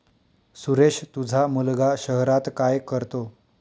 सुरेश तुझा मुलगा शहरात काय करतो